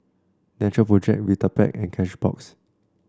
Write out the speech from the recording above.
Natural Project Vitapet and Cashbox